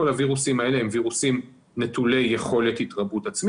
כל הווירוסים האלה הם וירוסים נטולי יכולת התרבות עצמית